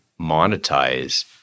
monetize